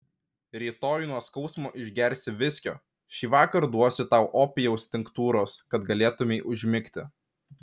rytoj nuo skausmo išgersi viskio šįvakar duosiu tau opijaus tinktūros kad galėtumei užmigti